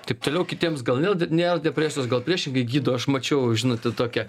taip toliau kitiems gal nėl nėra depresijos gal priešingai gydo aš mačiau žinote tokią